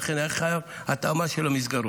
ולכן היה חייב שתהיה התאמה של המסגרות.